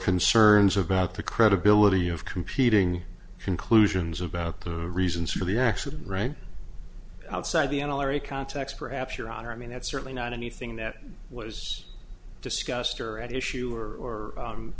concerns about the credibility of competing conclusions about the reasons for the accident right outside the n r a context perhaps your honor i mean that's certainly not anything that was discussed or at issue or